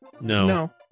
No